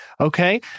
Okay